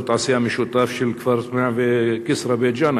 תעשייה משותף של כפר סמיע וכסרא בית-ג'ן,